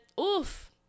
oof